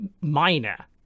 minor